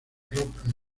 rock